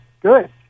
Good